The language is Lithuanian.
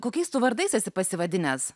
kokiais tu vardais esi pasivadinęs